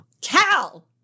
Cal